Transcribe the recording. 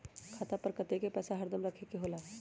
खाता पर कतेक पैसा हरदम रखखे के होला?